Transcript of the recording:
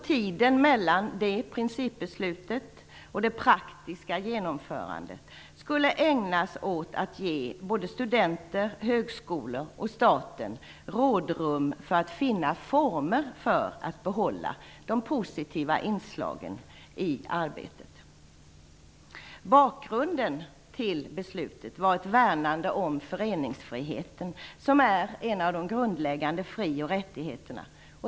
Tiden mellan det principbeslutet och det praktiska genomförandet skulle ägnas åt att ge studenter, högskolor och staten rådrum för att finna former för att behålla de positiva inslagen i arbetet. Bakgrunden till beslutet var ett värnande om föreningsfriheten, som är en av de grundläggande frioch rättigheterna.